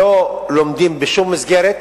שלא לומדים בשום מסגרת.